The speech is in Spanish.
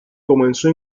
comenzó